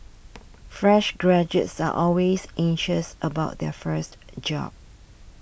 fresh graduates are always anxious about their first job